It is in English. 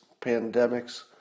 pandemics